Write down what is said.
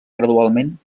gradualment